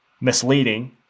misleading